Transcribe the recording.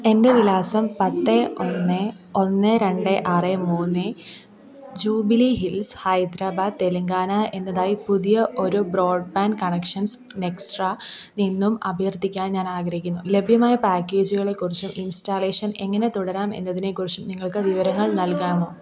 എൻ്റെ വിലാസം പത്ത് ഒന്ന് ഒന്ന് രണ്ട് ആറ് മൂന്ന് ജൂബിലി ഹിൽസ് ഹൈദരാബാദ് തെലങ്കാന എന്നതായി പുതിയ ഒരു ബ്രോഡ്ബാൻഡ് കണക്ഷൻസ് നെക്സ്ട്രാ നിന്നും അഭ്യർത്ഥിക്കാൻ ഞാൻ ആഗ്രഹിക്കുന്നു ലഭ്യമായ പാക്കേജുകളെക്കുറിച്ചും ഇൻസ്റ്റാളേഷൻ എങ്ങനെ തുടരാം എന്നതിനെക്കുറിച്ചും നിങ്ങൾക്ക് വിവരങ്ങൾ നൽകാമോ